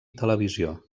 televisió